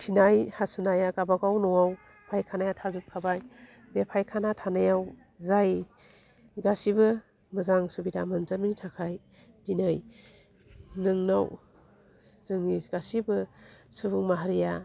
खिनाय हासुनाया गावबा गाव न'आव फायखानाया थाजोब खाबाय बे फायखाना थानायाव जाय गासिबो मोजां सुबिदा मोनजोबनायनि थाखाय दिनै नोंनाव जोंनि गासिबो सुबुं माहारिया